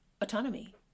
autonomy